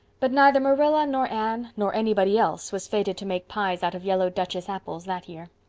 but neither marilla nor anne nor anybody else was fated to make pies out of yellow duchess apples that year.